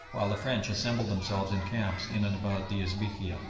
while the french assembled themselves in camps in and about the esbekieh.